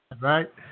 Right